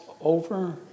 over